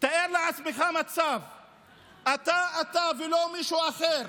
תאר לעצמך מצב שאתה, אתה ולא מישהו אחר,